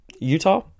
Utah